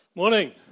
morning